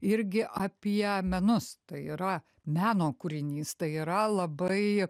irgi apie menus tai yra meno kūrinys tai yra labai